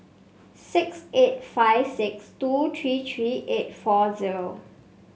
six eight five six two three three eight four zero